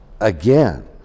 Again